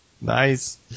Nice